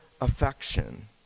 affection